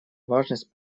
важность